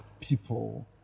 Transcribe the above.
people